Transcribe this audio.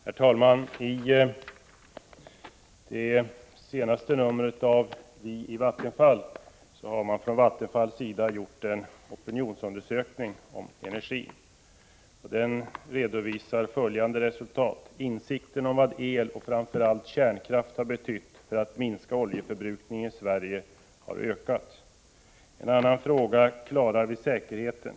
Herr talman! Av det senaste numret av tidningen Vi i Vattenfall framgår att man från Vattenfalls sida har gjort en opinionsundersökning om energin. Där redovisas följande: ”Insikten om vad el och framför allt kärnkraft har betytt för att minska oljeförbrukningen i Sverige har ökat.” En fråga som ställs i en av rubrikerna lyder: Klarar vi säkerheten?